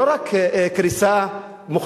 זה לא רק קריסה מוחלטת,